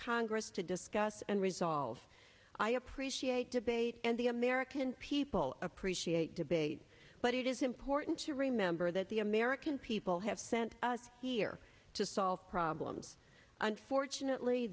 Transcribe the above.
congress to discuss and resolve i appreciate debate and the american people appreciate debate but it is important to remember that the american people have sent here to solve problems unfortunately